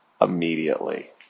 immediately